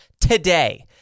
today